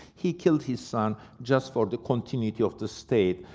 he killed his son just for the continuity of the state.